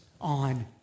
on